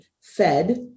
fed